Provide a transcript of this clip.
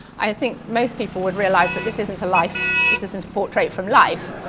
i think most people would realize that this isn't a life. this isn't a portrait from life.